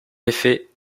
effet